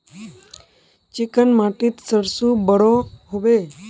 Chicken माटित सरसों बढ़ो होबे?